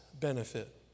benefit